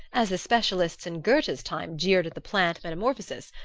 as the specialists in goethe's time jeered at the plant-metamorphosis.